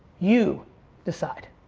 you decide.